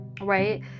right